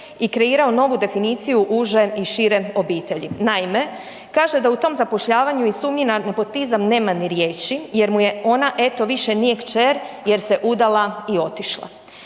i kreirao novu definiciju uže i šire obitelji, naime, kaže da u tom zapošljavanju i sumnju na nepotizam nema ni riječi jer mu je ona eto više nije kćer jer se udala i otišla.